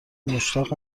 مشتاق